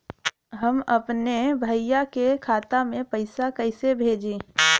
हम अपने भईया के खाता में पैसा कईसे भेजी?